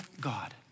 God